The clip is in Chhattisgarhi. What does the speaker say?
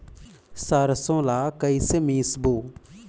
सरसो ला कइसे मिसबो?